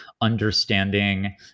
understanding